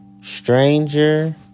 stranger